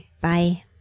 Bye